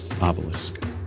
obelisk